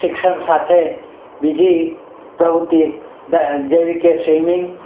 શિક્ષણ સાથે બીજી પ્રવૃત્તિ જેવી કે સ્વિમિંગ